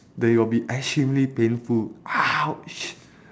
then you'll be extremely painful !ouch!